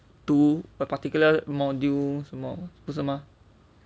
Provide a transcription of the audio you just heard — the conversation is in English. do a particular modules 什么不是吗